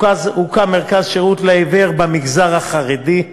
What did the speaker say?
הוקם מרכז שירות לעיוור במגזר החרדי.